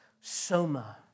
soma